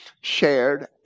shared